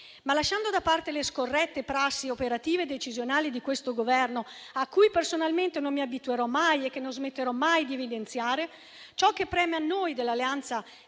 Ma, lasciando da parte le scorrette prassi operative e decisionali di questo Governo, a cui personalmente non mi abituerò mai e che non smetterò mai di evidenziare, ciò che preme a noi dell'Alleanza